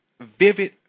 vivid